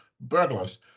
burglars